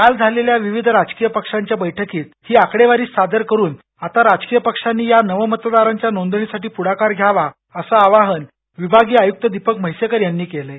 काल झालेल्या विविध राजकीय पक्षांच्या बैठकीत ही आकडेवारीच सादर करुन आता राजकीय पक्षांनी या नवमतदारांच्या नोंदणीसाठी पुढाकार घ्यावा असं आवाहन विभागीय आयुक्त दीपक म्हैसेकर यांनी केलंय